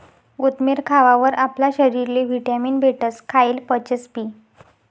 कोथमेर खावावर आपला शरीरले व्हिटॅमीन भेटस, खायेल पचसबी